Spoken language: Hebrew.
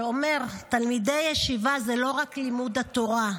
שאומר: תלמידי ישיבה זה לא רק לימוד התורה.